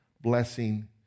blessing